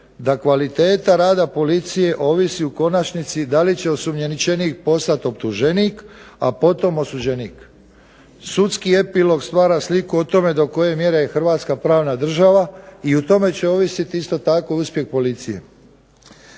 da kvaliteta rada policije ovisi u konačnici da li će osumnjičenik postati optuženik, a potom osuđenik. Sudski epilog stvara sliku o tome do koje je mjere Hrvatska pravna država i o tome će ovisiti isto tako uspjeh policije.